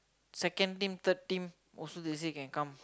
second team third team also they said can come